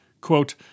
quote